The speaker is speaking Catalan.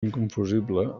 inconfusible